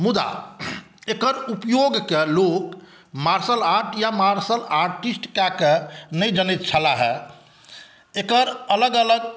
मुदा एकर उपयोगकेॅं लोक मार्शल आर्ट या मार्शल आर्टिस्ट कए कऽ नहि जनैत छलाह है एकर अलग अलग